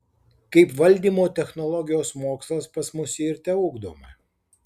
kaip valdymo technologijos mokslas pas mus ji ir teugdoma